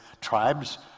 tribes